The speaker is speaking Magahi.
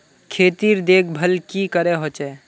खेतीर देखभल की करे होचे?